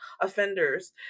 offenders